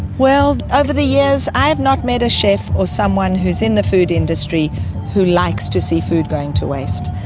well, ah over the years i have not met a chef or someone who is in the food industry who likes to see food going to waste.